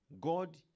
God